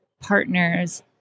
partners